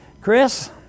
Chris